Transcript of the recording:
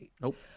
Nope